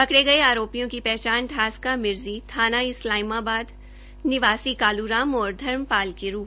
पकड़े गये आरोपियों की पहचान ठास्का मिरजी थाना इस्माईलाबाद निवासी कालू राम और धर्मपाल के रूप में हई है